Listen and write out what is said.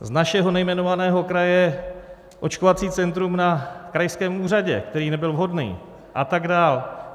Z našeho nejmenovaného kraje očkovací centrum na krajském úřadě, který nebyl vhodný, a tak dál.